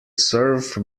serve